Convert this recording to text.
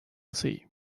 see